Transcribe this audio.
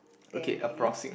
ten maybe